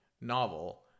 novel